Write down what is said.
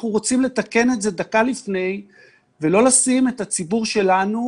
אנחנו רוצים לתקן את זה דקה לפני ולא לשים את הציבור שלנו